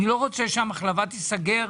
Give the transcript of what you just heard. אני לא רוצה שהמחלבה תיסגר.